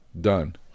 done